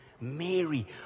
Mary